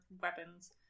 weapons